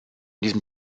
diesem